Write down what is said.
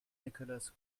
nicholas